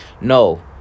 No